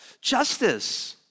justice